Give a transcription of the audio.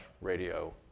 radio